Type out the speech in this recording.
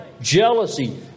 jealousy